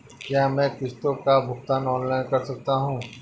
क्या मैं किश्तों का भुगतान ऑनलाइन कर सकता हूँ?